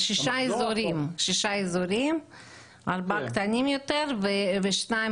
לשישה אזורים - ארבעה קטנים יותר ושניים